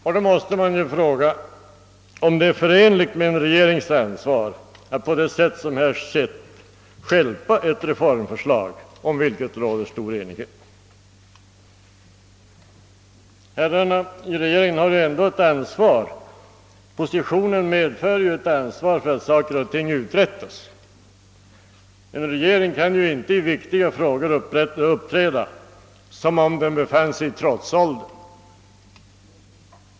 Man måste ju då fråga sig om det är förenligt med en regerings ansvar att på det sätt som här skett stjälpa ett reformförslag, om vilket det råder stor enighet. Herrarna i regeringen har ju ändå ett ansvar; positionen medför ju ett ansvar för att saker och ting uträttas. En regering kan ju inte i viktiga frågor uppträda som om den befann sig i trotsåldern.